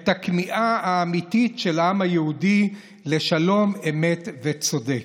את הכמיהה האמיתית של העם היהודי לשלום אמת וצודק.